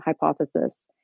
hypothesis